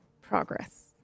Progress